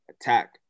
attack